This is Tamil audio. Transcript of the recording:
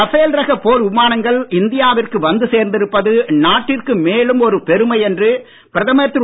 ரஃபேல் ரக போர் விமானங்கள் இந்தியாவிற்கு வந்து சேர்ந்திருப்பது நாட்டிற்கு மேலும் ஒரு பெருமை என்று பிரதமர் திரு